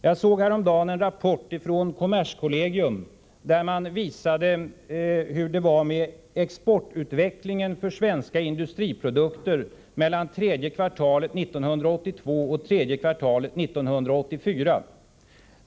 Jag såg häromdagen en rapport från kommerskollegium där man visade hur det var med exportutvecklingen för svenska industriprodukter mellan tredje kvartalet 1982 och tredje kvartalet 1984.